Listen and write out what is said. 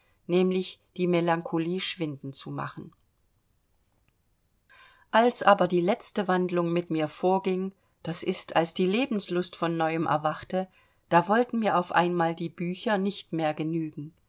nämlich die melancholie schwinden zu machen als aber die letzte wandlung mit mir vorging das ist als die lebenslust von neuem erwachte da wollten mir auf einmal die bücher nicht mehr genügen